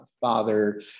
father